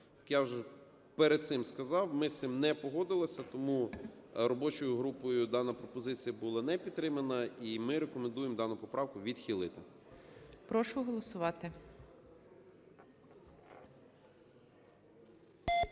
я вже перед цим сказав, ми з цим не погодилися. Тому робочою групою дана пропозиція була не підтримана, і ми рекомендуємо дану поправку відхилити. ГОЛОВУЮЧИЙ. Прошу голосувати